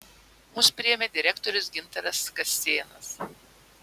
mus priėmė direktorius gintaras kascėnas